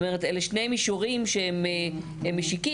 אלה שני מישורים שהם משיקים,